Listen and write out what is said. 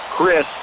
Chris